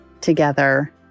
together